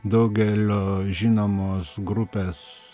daugelio žinomos grupės